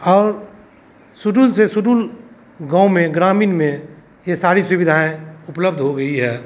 और सुदूर देश सुदूर गाँव में ग्रामीण में ये सारी सुविधाएँ उपलब्ध हो गई है